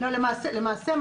למעשה,